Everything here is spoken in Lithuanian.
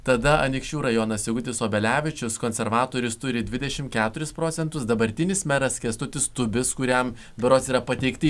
tada anykščių rajonas sigutis obelevičius konservatorius turi dvidešimt keturis procentus dabartinis meras kęstutis tubis kuriam berods yra pateikti